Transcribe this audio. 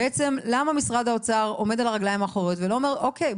בעצם למה משרד האוצר עומד על הרגליים האחוריות ולא אומר אוקיי,